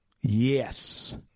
yes